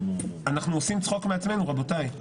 אנחנו עושים צחוק מעצמנו, רבותיי.